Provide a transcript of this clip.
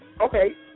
Okay